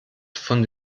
von